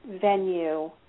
Venue